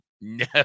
No